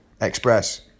Express